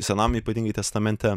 senam ypatingai testamente